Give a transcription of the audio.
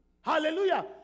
hallelujah